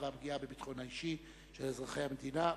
והפגיעה בביטחון האישי של אזרחי המדינה.